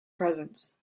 presence